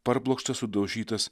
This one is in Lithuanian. parblokštas sudaužytas